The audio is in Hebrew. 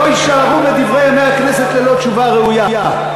יישארו בדברי ימי הכנסת ללא תשובה ראויה.